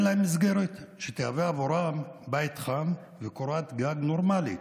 להם מסגרת שתהווה עבורם בית חם וקורת גג נורמלית.